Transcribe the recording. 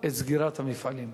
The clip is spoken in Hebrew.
את סגירת המפעלים.